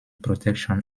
protection